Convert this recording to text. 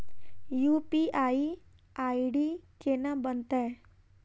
UPI ID केना बनतै?